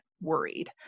worried